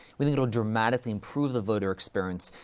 we think it will dramatically improve the voter experience.